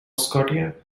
scotia